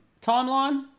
Timeline